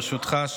ברשותך,